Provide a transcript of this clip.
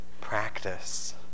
practice